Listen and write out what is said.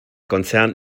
konzern